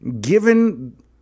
Given